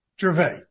Gervais